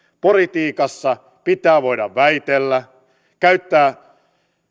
politiikassa pitää voida väitellä käyttää